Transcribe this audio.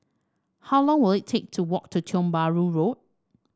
how long will it take to walk to Tiong Bahru Road